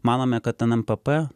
manome kad en en pė pė